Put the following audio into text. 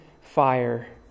fire